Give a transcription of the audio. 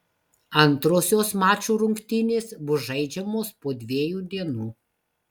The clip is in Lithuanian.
antrosios mačų rungtynės bus žaidžiamos po dviejų dienų